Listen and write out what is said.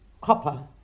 copper